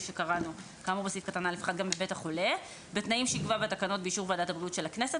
שקראנו - בתנאים שיקבע בתקנות באישור ועדת הבריאות של הכנסת.